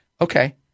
Okay